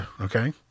okay